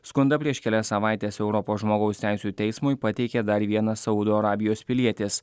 skundą prieš kelias savaites europos žmogaus teisių teismui pateikė dar vienas saudo arabijos pilietis